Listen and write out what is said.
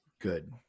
Good